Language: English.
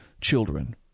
children